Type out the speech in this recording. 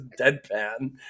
deadpan